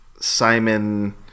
simon